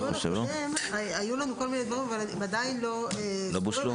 בדיון הקודם היו לנו כל מיני דברים אבל עדיין לא -- לא הבשילו?